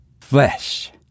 Flesh